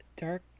Dark